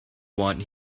want